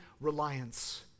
Reliance